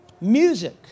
Music